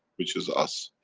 which is us.